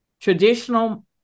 traditional